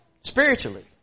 spiritually